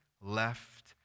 left